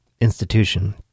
institution